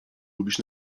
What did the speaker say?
lubisz